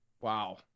Wow